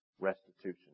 restitution